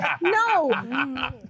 No